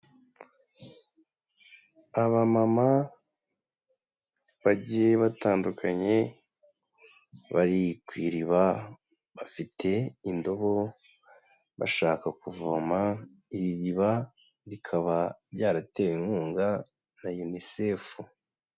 Abamama bagiye batandukanye, bari ku iriba, bafite indobo, bashaka kuvoma, iri riba rikaba ryaratewe inkunga na UNICEF.